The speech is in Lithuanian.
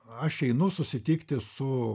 aš einu susitikti su